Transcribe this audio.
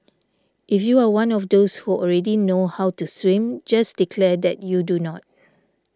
if you are one of those who already know how to swim just declare that you do not